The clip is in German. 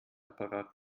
apparat